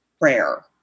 prayer